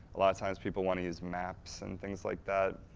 a lot of times people want to use maps and things like that.